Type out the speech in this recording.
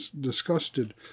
disgusted